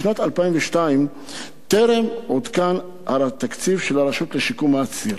משנת 2002 טרם עודכן התקציב של הרשות לשיקום האסיר.